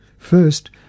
First